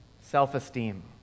self-esteem